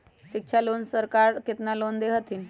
शिक्षा लोन में सरकार केतना लोन दे हथिन?